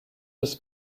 das